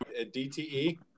DTE